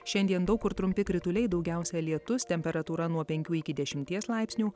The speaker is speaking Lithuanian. šiandien daug kur trumpi krituliai daugiausia lietus temperatūra nuo penkių iki dešimties laipsnių